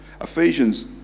Ephesians